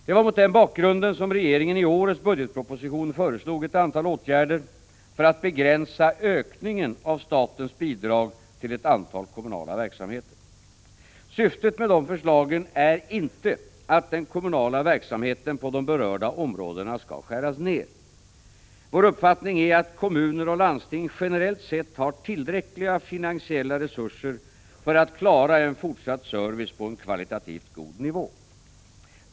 Det var mot den bakgrunden som regeringen i årets budgetproposition föreslog ett antal åtgärder för att begränsa ökningen av statens bidrag till ett antal kommunala verksamheter. Syftet med dessa förslag är inte att den kommunala verksamheten på de berörda områdena skall skäras ner. Regeringens uppfattning är att kommuner och landsting generellt sett har tillräckliga finansiella resurser för att klara en fortsatt service på en kvalitativt god nivå.